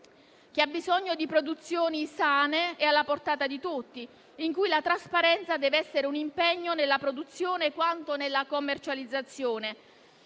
che ha bisogno di produzioni sane e alla portata di tutti, in cui la trasparenza deve essere un impegno nella produzione quanto nella commercializzazione.